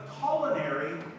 culinary